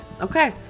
Okay